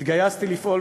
התגייסתי לפעול,